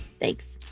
Thanks